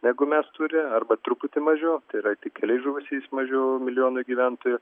negu mes turi arba truputį mažiau tai yra tik keliais žuvusiais mažiau milijonui gyventojų